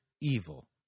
evil